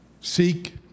seek